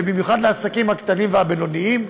ובמיוחד לעסקים הקטנים והבינוניים.